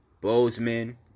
Bozeman